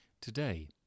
Today